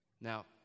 Now